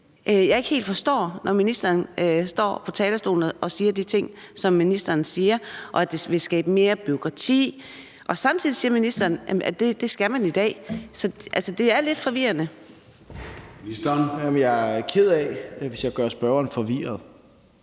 jeg ikke helt forstår, når ministeren står på talerstolen og siger de ting, som ministeren sigerom, at det vil skabe mere bureaukrati, og samtidig siger, at det skal man i dag. Så det er altså lidt forvirrende. Kl. 15:58 Formanden (Søren Gade):